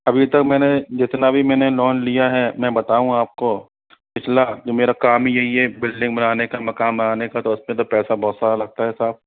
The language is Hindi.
अभी तक मैंने जितना भी मैंने लोन लिया है मैं बताऊँ आपको पिछला जो मेरा काम ही यही है बिल्डिंग बनाने का मकान बनाने का तो उसमें तो पैसा बहुत सारा लगता है साहब